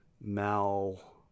Mal